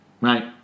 right